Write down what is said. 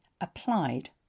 applied